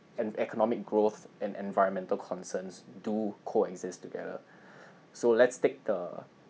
and economic growth and environmental concerns do coexist together so let's take the